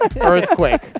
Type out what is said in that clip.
Earthquake